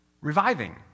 reviving